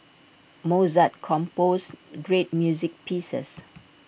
Mozart composed great music pieces